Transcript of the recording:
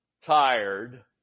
tired